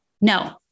No